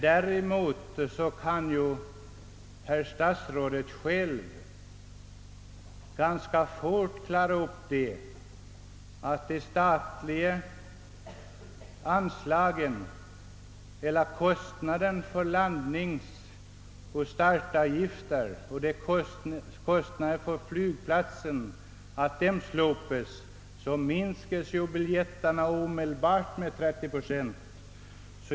Däremot kan statsrådet själv ganska snart klara upp att landningsoch startavgifter — kostnaderna på flygplatsen — slopas. Då minskas biljettkostnaden omedelbart med 30 procent.